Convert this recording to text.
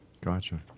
Gotcha